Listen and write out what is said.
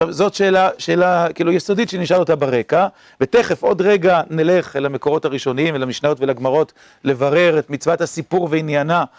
זאת שאלה כאילו יסודית שנשאל אותה ברקע, ותכף עוד רגע נלך אל המקורות הראשוניים, אל המשנהות ולגמרות, לברר את מצוות הסיפור ועניינה.